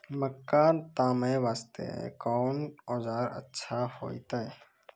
मक्का तामे वास्ते कोंन औजार अच्छा होइतै?